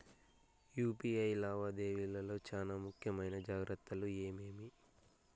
UPI లావాదేవీల లో చానా ముఖ్యమైన జాగ్రత్తలు ఏమేమి?